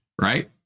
right